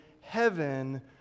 heaven